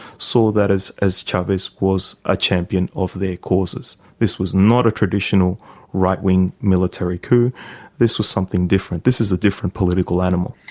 saw that as as chavez was a champion of their causes. this was not a traditional right-wing military coup this was something different. this is a different political animal.